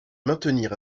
maintenir